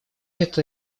это